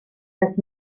dass